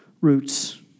Roots